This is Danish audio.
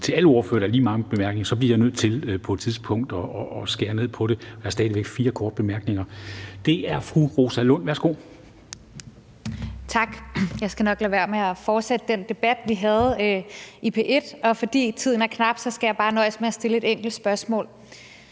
til alle ordførere er lige mange bemærkninger, bliver jeg nødt til på et tidspunkt at skære ned på det. Der er stadig fire korte bemærkninger, og det er fru Rosa Lund. Værsgo. Kl. 13:36 Rosa Lund (EL): Tak. Jeg skal nok lade være med at fortsætte den debat, vi havde i P1, og fordi tiden er knap, skal jeg bare nøjes med at stille nogle få spørgsmål: